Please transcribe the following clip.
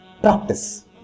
practice